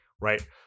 right